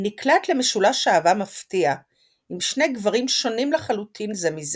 היא נקלעת למשולש אהבה מפתיע עם שני גברים שונים לחלוטין זה מזה.